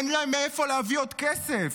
אין לו מאיפה להביא עוד כסף.